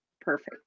Perfect